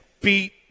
Beat